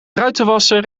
ruitenwasser